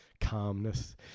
calmness